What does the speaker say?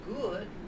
good